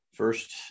first